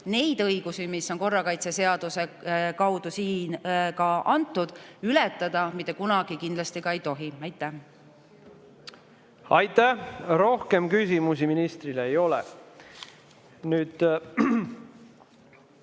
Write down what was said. Neid õigusi, mis on korrakaitseseaduse kaudu siin antud, ületada mitte kunagi kindlasti ei tohi. Aitäh! Rohkem küsimusi ministrile ei ole. Nüüd